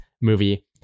movie